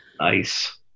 Nice